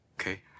Okay